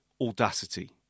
audacity